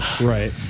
Right